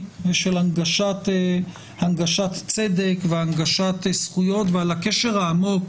ושל הנגשת צדק והנגשת זכויות ועל הקשר העמוק